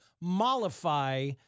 mollify